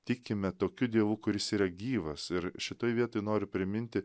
tikime tokiu dievu kuris yra gyvas ir šitoj vietoj nori priminti